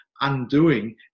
undoing